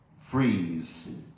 freeze